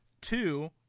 Two